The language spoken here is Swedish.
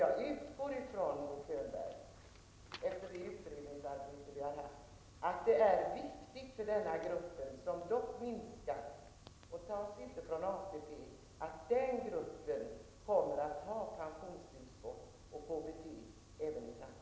Jag utgår från, Bo Könberg, efter det utredningsarbete som har gjorts, att det är viktigt för denna grupp, som dock minskar, och som inte tar från ATP, att få pensionstillskott och KBT även i framtiden.